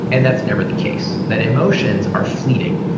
and that's never the case. that emotions are fleeting,